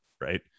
Right